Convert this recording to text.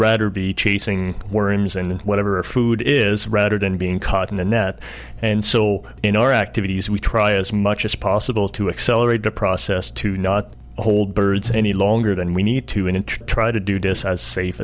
rather be chasing worms and whatever our food is rather than being caught in the net and so in our activities we try as much as possible to accelerate the process to not hold birds any longer than we need to an inch try to do this as safe